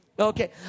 Okay